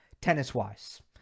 tennis-wise